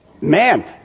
Man